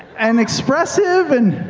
and expressive and,